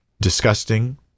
disgusting